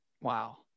Wow